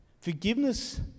forgiveness